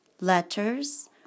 Letters